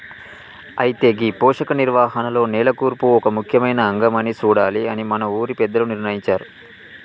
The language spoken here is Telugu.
అయితే గీ పోషక నిర్వహణలో నేల కూర్పు ఒక ముఖ్యమైన అంగం అని సూడాలి అని మన ఊరి పెద్దలు నిర్ణయించారు